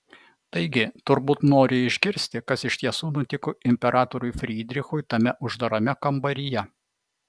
taigi turbūt nori išgirsti kas iš tiesų nutiko imperatoriui frydrichui tame uždarame kambaryje